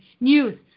news